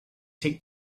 take